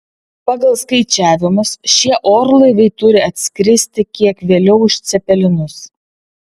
pagal skaičiavimus šie orlaiviai turi atskristi kiek vėliau už cepelinus